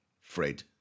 Fred